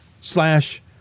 slash